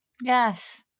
yes